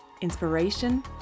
inspiration